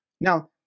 Now